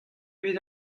bet